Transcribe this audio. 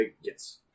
Yes